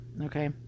okay